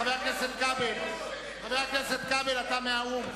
חבר הכנסת כבל, אתה מהאו"ם.